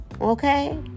Okay